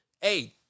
Hey